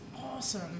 awesome